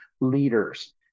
leaders